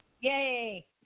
Yay